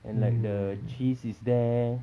and like the cheese is there